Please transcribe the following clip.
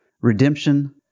redemption